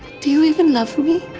do you even love me?